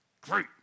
Great